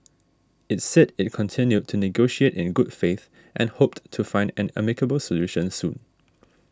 it said it continued to negotiate in good faith and hoped to find an amicable solution soon